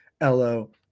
LO